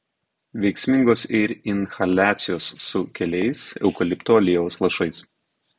veiksmingos ir inhaliacijos su keliais eukalipto aliejaus lašais